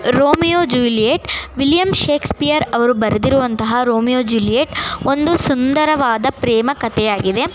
Romeo Juliet William Shakespeare ಅವರು ಬರೆದಿರುವಂತಹ Romeo Juliet ಒಂದು ಸುಂದರವಾದ ಪ್ರೇಮಕತೆಯಾಗಿದೆ